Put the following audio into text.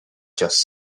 just